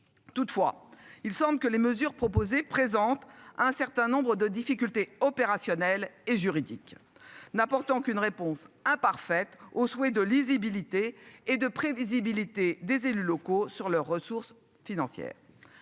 Toutefois, il semble que les mesures proposées présente un certain nombre de difficultés opérationnelles et juridiques n'apportant aucune réponse imparfaite au souhait de lisibilité et de prévisibilité des élus locaux sur leurs ressources financières.